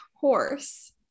horse